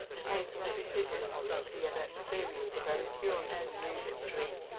he came to the decision that he had experienced a very curious and moving dream,